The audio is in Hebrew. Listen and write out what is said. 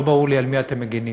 לא ברור לי על מי אתם מגינים,